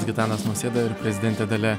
gitanas nausėda ir prezidentė dalia